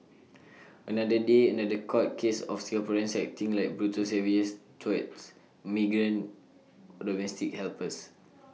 another day another court case of Singaporeans acting like brutal savages towards migrant domestic helpers